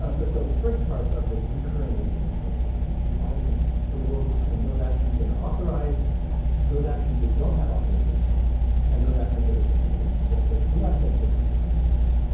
um but so the first part of this concurring legacy that's really important is dividing the world between those actions that are authorized those actions that don't have authorization and those actions that are prohibited and suggesting we ought to think differently about these things.